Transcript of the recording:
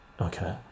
okay